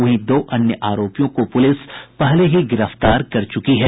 वहीं दो अन्य आरोपियों को पुलिस पहले ही गिरफ्तार कर चुकी है